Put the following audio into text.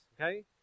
okay